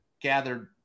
gathered